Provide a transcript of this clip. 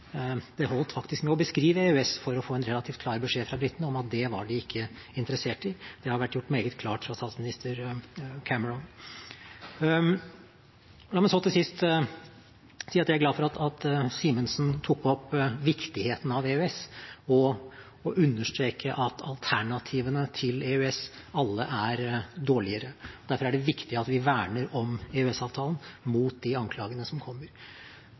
Det holdt faktisk med å beskrive EØS for å få en relativt klar beskjed fra britene om at det var de ikke interessert i. Det har vært gjort meget klart fra statsminister Cameron. La meg så til sist si at jeg er glad for at Simensen tok opp viktigheten av EØS, og understreke at alternativene til EØS alle er dårligere. Derfor er det viktig at vi verner om EØS-avtalen mot de anklagene som kommer.